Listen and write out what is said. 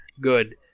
good